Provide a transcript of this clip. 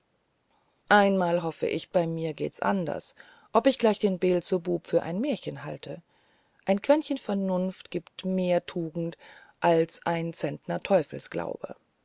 einmal hoffe ich bei mir steht's anders ob ich gleich den beelzebub für ein märchen halte ein quentchen vernunft gibt mehr tugend als ein zentner